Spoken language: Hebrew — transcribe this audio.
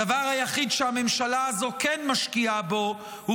הדבר היחיד שהממשלה הזאת כן משקיעה בו הוא